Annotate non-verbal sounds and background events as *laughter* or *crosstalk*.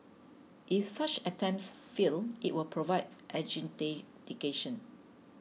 if such attempts fail it will provide *unintelligible*